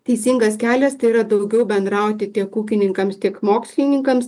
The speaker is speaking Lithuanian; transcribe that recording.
teisingas kelias tai yra daugiau bendrauti tiek ūkininkams tiek mokslininkams